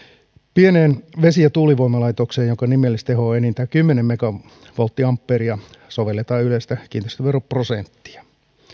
pieneen vesi ja tuulivoimalaitokseen jonka nimellisteho on enintään kymmenen megavolttiampeeria sovelletaan yleistä kiinteistöveroprosenttia